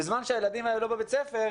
בזמן שהילדים האלה לא בבית הספר,